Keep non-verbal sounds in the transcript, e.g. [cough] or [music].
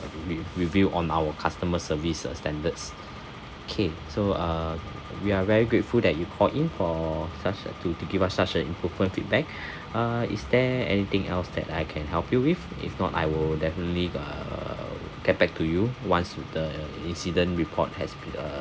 re~ review on our customer service uh standards K so uh we are very grateful that you call in for such uh to to give us such a improvement feedback [breath] uh is there anything else that I can help you with if not I will definitely uh get back to you once with the incident report has be~ uh